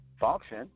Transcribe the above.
function